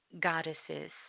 goddesses